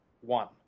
one